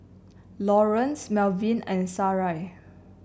Lawrence Melvin and Sarai